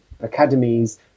academies